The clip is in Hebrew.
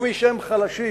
וכמי שהם חלשים.